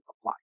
apply